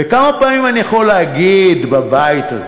וכמה פעמים אני יכול להגיד בבית הזה?